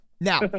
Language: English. Now